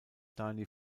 dani